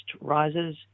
rises